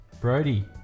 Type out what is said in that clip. Brody